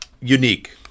unique